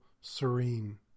serene